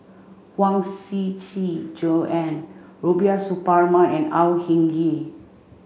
Huang Shiqi Joan Rubiah Suparman and Au Hing Yee